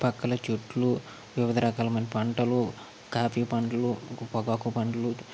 చుట్టు పక్కల చెట్లు వివిధ రకాలమైన పంటలు కాఫీ పంటలు పొగాకు పంటలు